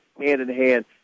hand-in-hand